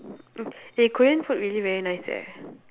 eh korean food really very nice eh